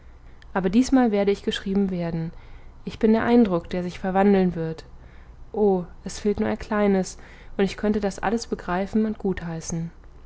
aber diesmal werde ich geschrieben werden ich bin der eindruck der sich verwandeln wird oh es fehlt nur ein kleines und ich könnte das alles begreifen und gutheißen